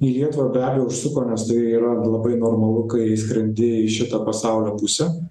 į lietuvą be abejo užsuko nes tai yra labai normalu kai skrendi į šitą pasaulio pusę